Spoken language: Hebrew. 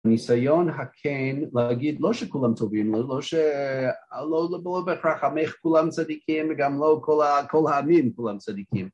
הניסיון הכן להגיד לא שכולם טובים, לא ש... בהכרח "עמך כולם צדיקים" וגם לא כל העמים כולם צדיקים